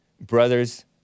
brothers